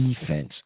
defense